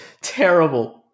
terrible